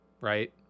right